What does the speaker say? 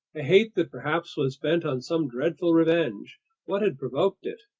a hate that perhaps was bent on some dreadful revenge what had provoked it?